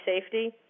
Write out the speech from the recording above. safety